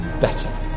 better